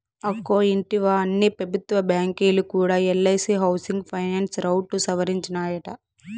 అక్కో ఇంటివా, అన్ని పెబుత్వ బాంకీలు కూడా ఎల్ఐసీ హౌసింగ్ ఫైనాన్స్ రౌట్ సవరించినాయట